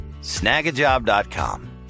Snagajob.com